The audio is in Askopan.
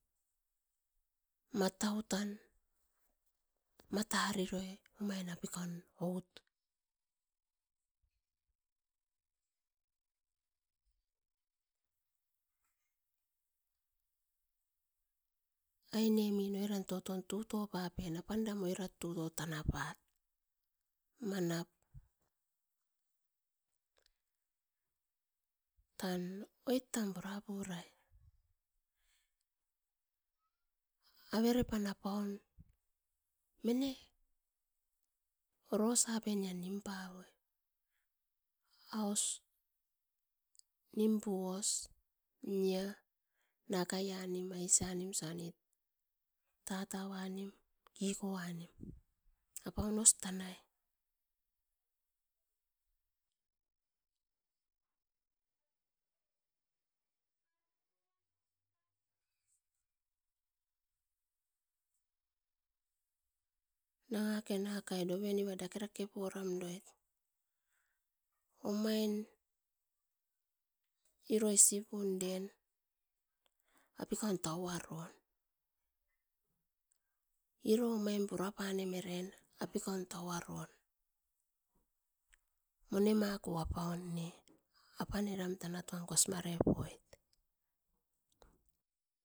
Matau tan matariroi omain apikaun out ainemin oinom toton tuto papen apandam oriat tutot tanapat, manap tan oit tan purapurai, averepan apaun mine orosapen na nipavoi aus nimpos nia nakai an aisian nimisanit tataunim kikoanim apaun os tanai. Nangaken akai dovenuna dakerake puramdoit, omain iro isipun den apikaun tauaron irom omain puraparem eren apikaun tauaron monimako apaun ne apan eram tanatuan kosmarepoit